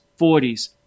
40s